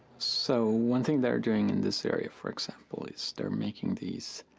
so one thing they're doing in this area for example, is they're making these.